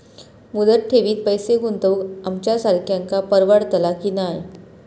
मुदत ठेवीत पैसे गुंतवक आमच्यासारख्यांका परवडतला की नाय?